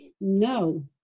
No